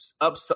up